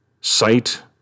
sight